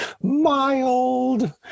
mild